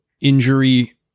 Injury